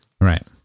Right